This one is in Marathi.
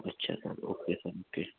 अच्छा सर ओके सर ओके